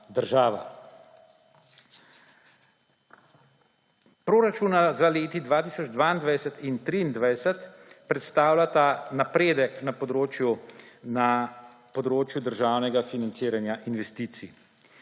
država. Proračuna za leti 2022 in 2023 predstavljata napredek na področju državnega financiranja investicij.